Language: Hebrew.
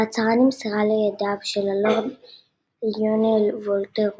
ההצהרה נמסרה לידיו של הלורד ליונל וולטר רוטשילד,